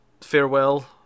farewell